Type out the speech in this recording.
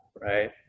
right